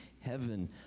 heaven